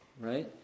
right